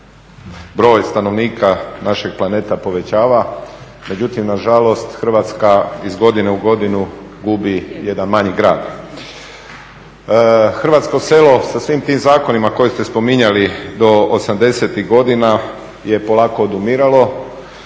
broj stanovnika našeg planeta povećava, međutim nažalost Hrvatska iz godine u godinu gubi jedan manji grad. Hrvatsko selo sa svim tim zakonima koje ste spominjali do osamdesetih godina je polako odumiralo.